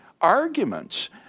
arguments